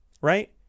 right